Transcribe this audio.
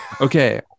Okay